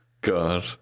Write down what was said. God